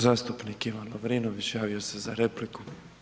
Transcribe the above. Zastupnik Ivan Lovrinović javio se za repliku.